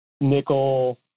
nickel